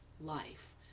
life